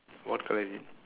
what colour is it